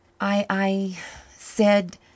I—I—said—